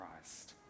Christ